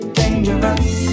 dangerous